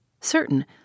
Certain